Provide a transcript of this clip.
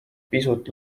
pisut